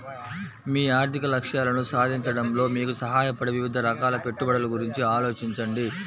మీ ఆర్థిక లక్ష్యాలను సాధించడంలో మీకు సహాయపడే వివిధ రకాల పెట్టుబడుల గురించి ఆలోచించండి